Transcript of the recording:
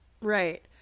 Right